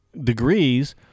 degrees